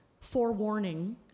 forewarning